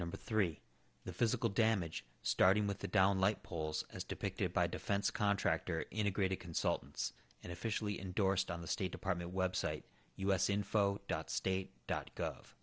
number three the physical damage starting with the down light poles as depicted by defense contractor integrated consultants and officially endorsed on the state department website us info dot state dot gov